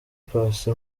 paccy